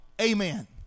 amen